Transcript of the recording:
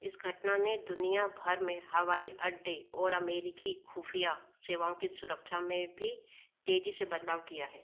इस घटना ने दुनियाभर में हवाई अड्डे और अमेरिकी खुफिया सेवाओं की सुरक्षा में भी तेज़ी से बदलाव किया है